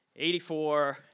84